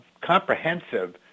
comprehensive